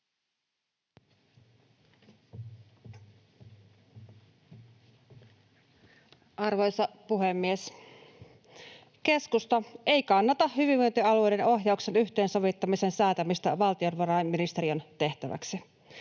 Arvoisa puhemies! Keskusta ei kannata hyvinvointialueiden ohjauksen yhteensovittamisen säätämistä valtiovarainministeriön tehtäväksi.